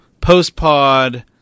post-pod